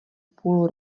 půl